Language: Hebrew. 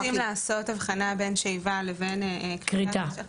כי אם רוצים לעשות הבחנה בין שאיבה לבין כריתה,